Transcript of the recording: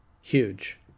Huge